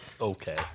okay